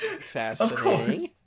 Fascinating